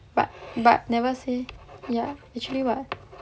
but but but never say ya actually what